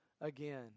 again